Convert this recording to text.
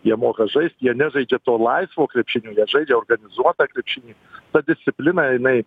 jie moka žaist jie nežaidžia to laisvo krepšinio jie žaidžia organizuotą krepšinį ta disciplina jinai